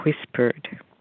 Whispered